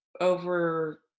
over